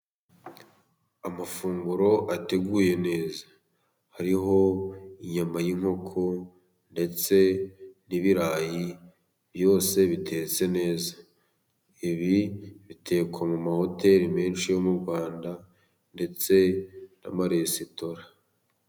Amafunguro ateguye neza hariho iyama y'inkoko ndetse n'ibirayi byose bitetse neza. Ibi bitekwa mu mahoteli menshi yo mu Rwanda ndetse n'amaresitora.